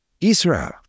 Israel